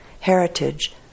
heritage